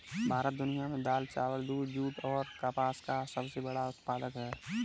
भारत दुनिया में दाल, चावल, दूध, जूट और कपास का सबसे बड़ा उत्पादक है